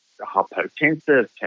hypotensive